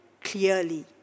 clearly